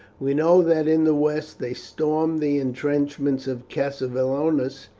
we know that in the west they stormed the intrenchments of cassivellaunus,